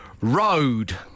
Road